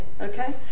okay